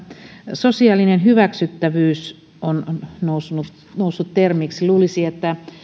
sosiaalinen hyväksyttävyys on noussut noussut termiksi luulisi että